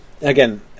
Again